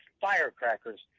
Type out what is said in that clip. firecrackers